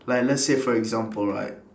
like let's say for example right